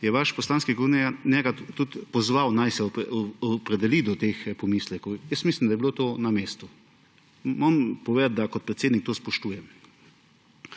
je vaš poslanski kolega njega tudi pozval, naj se opredeli do teh pomislekov. Mislim, da je bilo to na mestu. Moram povedati, da kot predsednik to spoštujem.